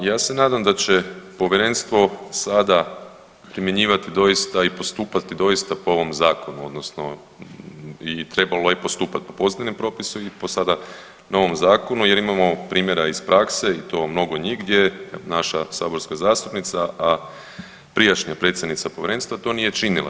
Pa ja se nadam da će Povjerenstvo sada primjenjivati doista i postupati doista po ovom Zakona odnosno i trebalo je i postupat po posljednjem Propisu i po sada novom Zakonu, jer imamo primjera iz prakse i to mnogo njih gdje naša Saborska zastupnica a prijašnja Predsjednica Povjerenstva to nije činila.